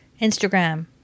Instagram